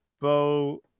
Bo